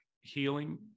healing